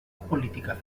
política